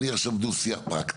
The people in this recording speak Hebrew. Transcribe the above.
אני עכשיו בדוח שיח פרקטי.